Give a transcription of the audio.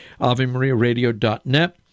AveMariaRadio.net